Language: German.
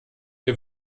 wir